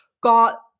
got